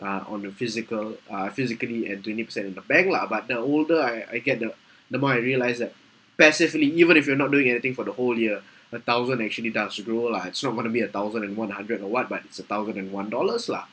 uh on a physical uh physically and twenty percent in the bank lah but the older I I get the the more I realise that passively even if you're not doing anything for the whole year a thousand actually does grow lah it's not going to be a thousand and one hundred or what but it's a thousand and one dollars lah